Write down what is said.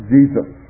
Jesus